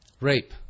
rape